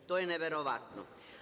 To je neverovatno.